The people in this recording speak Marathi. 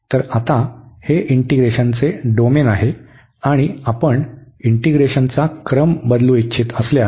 तर आता हे इंटीग्रेशनचे डोमेन आहे आणि आपण इंटीग्रेशनचा क्रम बदलू इच्छित असल्यास